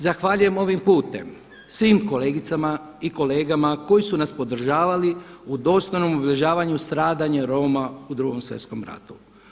Zahvaljujem ovim putem svim kolegicama i kolegama koji su nas podržavali u dostojnom obilježavanju stradanja Roma u Drugom svjetskom ratu.